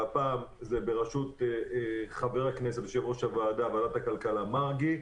והפעם זה בראשות יושב-ראש ועדת הכלכלה יעקב מרגי.